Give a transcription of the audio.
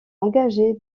engagé